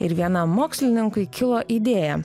ir vienam mokslininkui kilo idėja